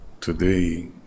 today